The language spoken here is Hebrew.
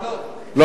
לא.